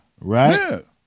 right